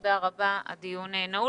תודה רבה לך,